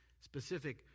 specific